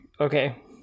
Okay